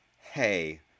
Hey